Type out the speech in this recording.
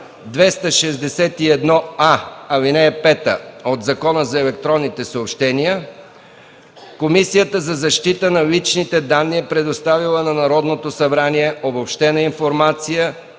261а, ал.5 от Закона за електронните съобщения, Комисията за защита на личните данни е предоставила на Народното събрание обобщена информация